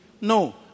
No